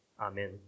Amen